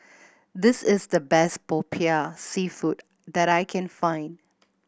this is the best Popiah Seafood that I can find